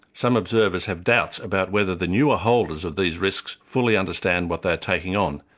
some observers have doubt about whether the newer holders of these risks fully understand what they're taking on,